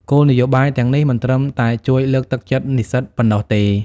គោលនយោបាយទាំងនេះមិនត្រឹមតែជួយលើកទឹកចិត្តនិស្សិតប៉ុណ្ណោះទេ។